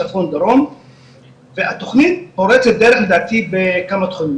בצפון דרום והתוכנית פורצת דרך לדעתי בכמה תחומים,